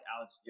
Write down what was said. Alex